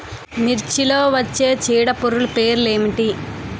మిర్చిలో వచ్చే చీడపురుగులు పేర్లు ఏమిటి?